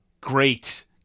Great